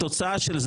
התוצאה של זה,